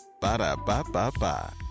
Ba-da-ba-ba-ba